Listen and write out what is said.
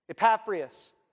Epaphras